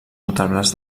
notables